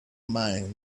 mine